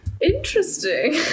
Interesting